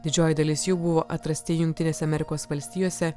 didžioji dalis jų buvo atrasti jungtinėse amerikos valstijose